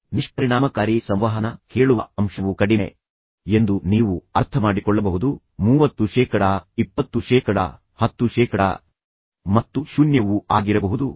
ನಿಷ್ಪರಿಣಾಮಕಾರಿ ಸಂವಹನ ಕೇಳುವ ಅಂಶವು ಕಡಿಮೆ ಮತ್ತು ಕಡಿಮೆ ಆಗುತ್ತದೆ ಎಂದು ನೀವು ಅರ್ಥಮಾಡಿಕೊಳ್ಳಬಹುದು ಮೂವತ್ತು ಶೇಕಡಾ ಇಪ್ಪತ್ತು ಶೇಕಡಾ ಹತ್ತು ಶೇಕಡಾ ಮತ್ತು ಶೂನ್ಯವೂ ಆಗಿರಬಹುದು ಕೇಳುವುದೇ ಇಲ್ಲ